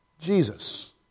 Jesus